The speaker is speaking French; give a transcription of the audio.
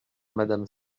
madame